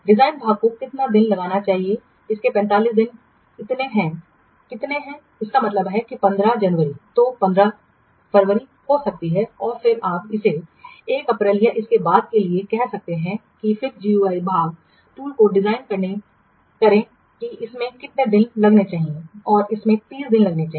design भाग को कितना दिन लगना चाहिए इसके 45 दिन इतने इसका मतलब है कि 15 जनवरी जो 15 फरवरी हो सकती है और फिर आप इसे 1 अप्रैल या उसके बाद के लिए कह सकते हैं फिर GUI भाग टूल को डिज़ाइन करें कि इसमें कितने दिन लगने चाहिए और इसमें 30 दिन लगने चाहिए